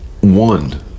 one